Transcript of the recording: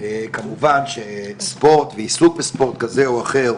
כמובן שספורט, ועיסוק בספורט כזה או אחר,